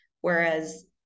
Whereas